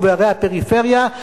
ובערי הפריפריה,